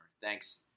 Thanks